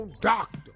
doctor